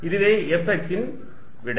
இதுவே Fx ன் விடை